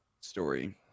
story